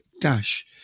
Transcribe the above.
dash